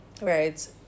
right